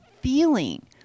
feeling